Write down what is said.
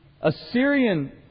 Assyrian